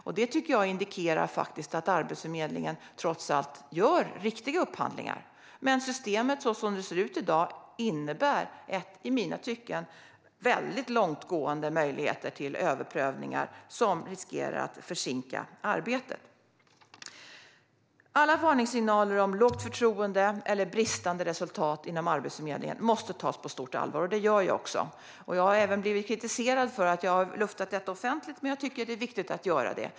Detta tycker jag indikerar att Arbetsförmedlingen trots allt gör riktiga upphandlingar, men systemet som det ser ut i dag innebär i mitt tycke väldigt långtgående möjligheter till överprövning, vilket riskerar att försinka arbetet. Alla varningssignaler om lågt förtroende eller bristande resultat inom Arbetsförmedlingen måste tas på stort allvar, och det gör jag också. Jag har blivit kritiserad för att jag har luftat detta offentligt, men jag tycker att det är viktigt att göra det.